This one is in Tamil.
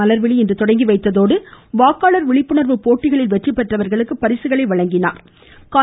மலர்விழி இன்று தொடங்கி வைத்ததோடு வாக்காளர் விழிப்புணர்வு போட்டிகளில் வெற்றி பெற்றவர்களுக்கு பரிசுகளை வழங்கினாள்